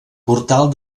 portal